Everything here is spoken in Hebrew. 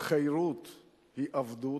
חירות היא עבדות,